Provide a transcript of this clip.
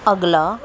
ਅਗਲਾ